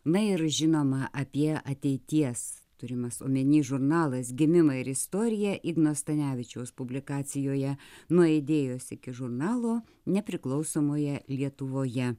na ir žinoma apie ateities turimas omeny žurnalas gimimą ir istoriją igno stanevičiaus publikacijoje nuo idėjos iki žurnalo nepriklausomoje lietuvoje